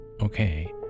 okay